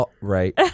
right